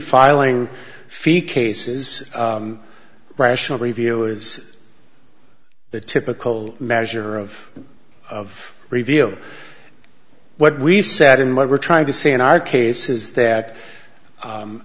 filing fee cases rational review is the typical measure of of review what we've said in my we're trying to say in our case is that